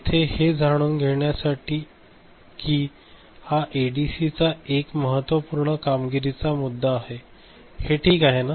फक्त येथे हे जाणून घेण्यासाठी की हा एडीसी चा एक महत्त्वपूर्ण कामगिरीचा मुद्दा आहे हे ठीक आहे न